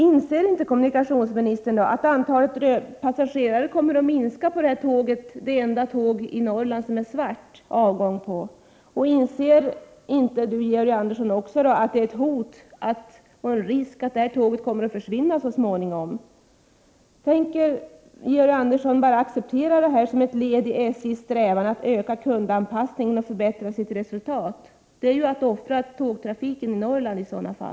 Inser inte kommunikationsministern att antalet passagerare kommer att minska på det enda tåg på Norrland som finns och som har svart avgång? Inser inte kommunikationsministern att detta utgör ett hot och att risken finns att det här tåget så småningom försvinner? Tänker Georg Andersson utan vidare acceptera detta som ett led i SJ:s strävan att öka kundanpassningen och förbättra sitt resultat? I så fall skulle det innebära att tågtrafiken i Norrland offras.